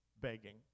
begging